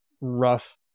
rough